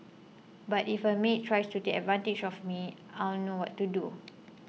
but if a maid tries to take advantage of me I'll know what to do